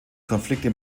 konflikte